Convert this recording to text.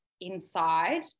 inside